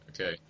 Okay